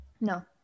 No